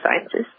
sciences